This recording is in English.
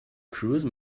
cruise